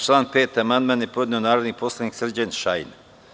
Na član 5. Amandman je podneo narodni poslanik Srđan Šajn.